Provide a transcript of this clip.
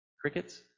Crickets